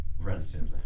Relatively